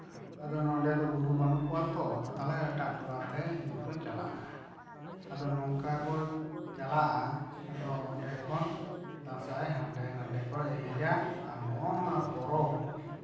ᱟᱫᱚ ᱱᱚᱸᱰᱮ ᱫᱚ ᱜᱩᱨᱩ ᱵᱟᱱᱩᱜ ᱠᱚᱣᱟ ᱛᱚ ᱟᱫᱚ ᱛᱟᱞᱦᱮ ᱮᱴᱟᱜ ᱴᱚᱞᱟ ᱛᱮ ᱮᱱᱮᱡ ᱠᱚ ᱪᱟᱞᱟᱜᱼᱟ ᱟᱫᱚ ᱱᱚᱝᱠᱟ ᱠᱚ ᱪᱟᱞᱟᱜᱼᱟ ᱟᱫᱚ ᱚᱸᱰᱮ ᱠᱷᱚᱱ ᱫᱟᱸᱥᱟᱭ ᱦᱟᱸᱰᱮᱼᱱᱟᱰᱮ ᱠᱚ ᱮᱱᱮᱡᱟ ᱟᱨ ᱱᱚᱜᱼᱚ ᱱᱚᱶᱟ ᱯᱚᱨᱚᱵ